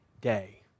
day